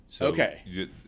Okay